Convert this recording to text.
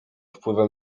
wpływem